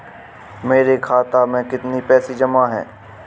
मेरे खाता में कितनी पैसे जमा हैं?